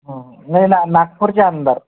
हं नाही ना नागपूरच्या अंदर